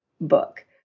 book